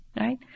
right